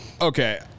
okay